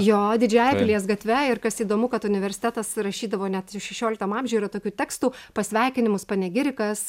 joo didžiąja pilies gatve ir kas įdomu kad universitetas rašydavo net šešioliktam amžiuj yra tokių tekstų pasveikinimus panegirikas